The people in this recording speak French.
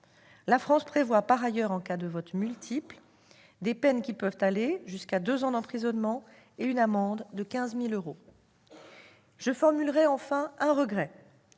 La France prévoit par ailleurs, en cas de vote multiple, des peines qui peuvent aller jusqu'à deux ans d'emprisonnement et une amende de 15 000 euros. Je formulerai un regret,